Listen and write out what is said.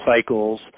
cycles